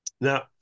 Now